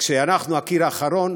וכשאנחנו הקיר האחרון,